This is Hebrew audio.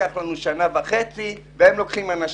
ייקח לנו שנה וחצי והם לוקחים אנשים.